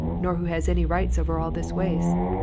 nor who has any rights over all this waste.